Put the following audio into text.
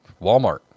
Walmart